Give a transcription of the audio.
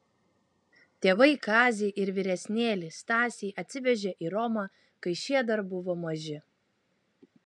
tėvai kazį ir vyresnėlį stasį atsivežė į romą kai šie dar buvo maži